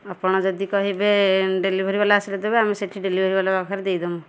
ଆପଣ ଯଦି କହିବେ ଡେଲିଭରି ବାଲା ଆସିଲେ ଦେବେ ଆମେ ସେଠି ଡେଲିଭରି ବାଲା ପାଖରେ ଦେଇ ଦେମୁ